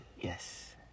Yes